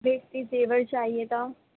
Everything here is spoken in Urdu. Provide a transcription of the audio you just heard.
بہشتی زیور چاہیے تھا